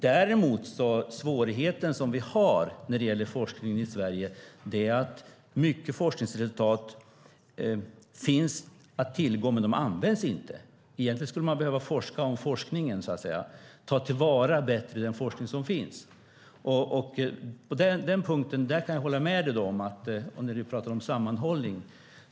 Den svårighet som vi har när det gäller forskningen i Sverige är att det finns mycket forskningsresultat att tillgå men att de inte används. Egentligen skulle man behöva forska om forskningen, så att säga, bättre ta till vara den forskning som finns. På den punkten kan jag hålla med dig. Du pratar också om sammanhållning.